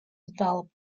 develop